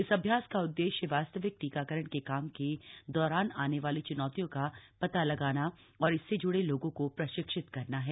इस अभ्यास का उद्देश्य वास्तविक टीकाकरण के काम के दौरान आने वाली चुनौतियों का पता लगाना और इससे जुडे लोगों को प्रशिक्षित करना है